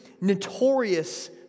notorious